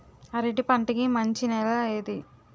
అరటి పంట కి మంచి నెల ఏది?